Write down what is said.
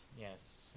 Yes